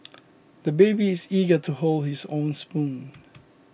the baby is eager to hold his own spoon